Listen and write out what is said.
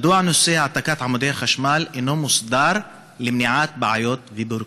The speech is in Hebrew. מדוע נושא העתקת עמודי חשמל אינו מוסדר למניעת בעיות וביורוקרטיה?